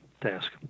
task